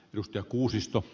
arvoisa puhemies